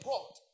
God